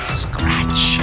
scratch